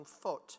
foot